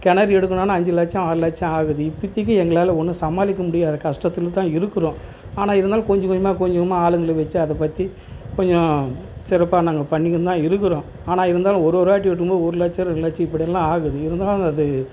கிணறு எடுக்கணுனாலும் அஞ்சு லட்சம் ஆறு லட்சம் ஆகுது இப்போதிக்கு எங்களால் ஒன்றும் சமாளிக்க முடியாத கஷ்டத்துல தான் இருக்கிறோம் ஆனால் இருந்தாலும் கொஞ்சம் கொஞ்சமாக கொஞ்சம் கொஞ்சமாக ஆளுங்களை வைச்சு அதை பற்றி கொஞ்சம் சிறப்பாக நாங்கள் பண்ணிக்கின்னு தான் இருக்கிறோம் ஆனால் இருந்தாலும் ஒரு ஒரு வாட்டி வெட்டும்போது ஒரு லட்சம் ரெண்டு லட்சம் இப்படியெல்லாம் ஆகுது இருந்தாலும் அது